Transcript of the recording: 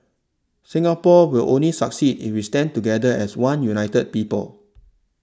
Singapore will only succeed if we stand together as one united people